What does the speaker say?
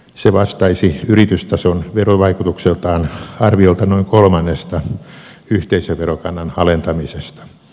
se vastaisi yritystason verovaikutukseltaan arviolta noin kolmannesta yhteisöverokannan alentamisesta